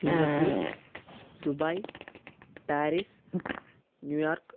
Singapore Dubai Paris New York